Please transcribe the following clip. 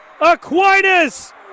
Aquinas